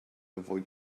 avoid